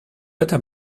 beta